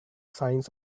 signs